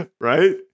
right